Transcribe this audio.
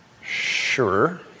Sure